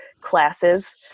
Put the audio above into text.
classes